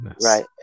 right